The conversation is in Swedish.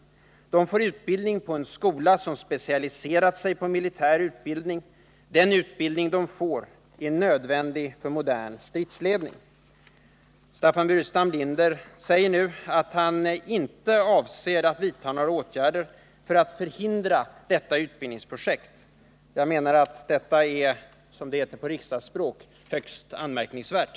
De kommer att utbildas på en skola som har specialiserat sig på militär utbildning, och den utbildning de får är nödvändig för modern stridsledning. Staffan Burenstam Linder säger nu att han inte avser att vidta några åtgärder för att förhindra detta utbildningsprojekt. Jag menar att detta är — som det heter på riksdagsspråk — högst anmärkningsvärt.